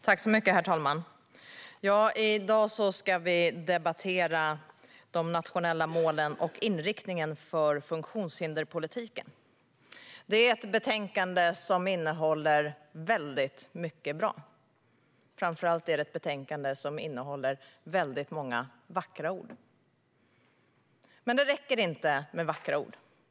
Herr talman! I dag ska vi debattera nationellt mål och inriktning för funktionshinderspolitiken. Det är ett betänkande som innehåller mycket som är bra. Framför allt är det ett betänkande som innehåller väldigt många vackra ord. Men det räcker inte med vackra ord.